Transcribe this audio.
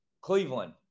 Cleveland